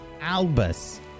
Albus